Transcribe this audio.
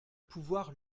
pouvoir